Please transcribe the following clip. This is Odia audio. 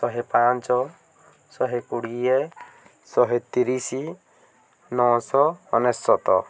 ଶହେପାଞ୍ଚ ଶହେ କୋଡ଼ିଏ ଶହେ ତିରିଶି ନଅଶହ ଅନେଶତ